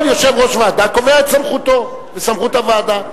כל יושב-ראש ועדה קובע את סמכותו וסמכות הוועדה.